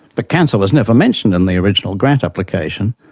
but cancer was never mentioned in the original grant application,